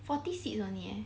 forty seats only leh